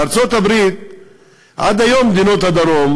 בארצות-הברית עד היום מדינות הדרום,